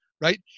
right